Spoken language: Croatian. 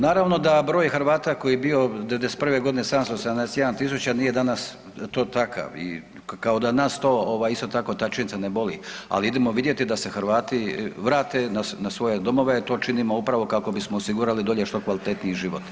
Naravno da broj Hrvata koji je bio '91. godine 771.000 nije danas to takav i kao da nas to isto tako ta činjenica ne boli, ali idemo vidjeti da se Hrvati vrate na svoje domove i to činimo upravo kako bismo osigurali dolje što kvalitetniji život.